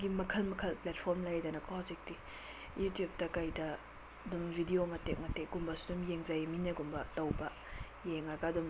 ꯒꯤ ꯃꯈꯜ ꯃꯈꯜ ꯄ꯭ꯂꯦꯠꯐꯣꯔꯝ ꯂꯩꯔꯦꯗꯅꯀꯣ ꯍꯧꯖꯤꯛꯇꯤ ꯌꯨꯇ꯭ꯌꯨꯞꯇ ꯀꯩꯗ ꯑꯗꯨꯝ ꯚꯤꯗꯤꯑꯣ ꯃꯇꯦꯛ ꯃꯇꯦꯛꯀꯨꯝꯕꯁꯨ ꯑꯗꯨꯝ ꯌꯦꯡꯖꯩ ꯃꯤꯅꯒꯨꯝꯕ ꯇꯧꯕ ꯌꯦꯡꯉꯒ ꯑꯗꯨꯝ